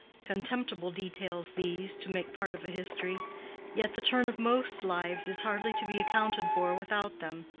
contemptible details these, to make part of a history yet the turn of most lives is hardly to be accounted for without them.